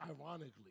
ironically